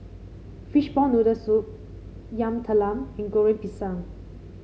Fishball Noodle Soup Yam Talam and Goreng Pisang